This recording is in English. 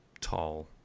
tall